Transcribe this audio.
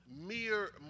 mere